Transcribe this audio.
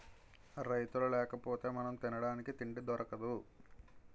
రైతులు లేకపోతె మనం తినడానికి తిండి దొరకదు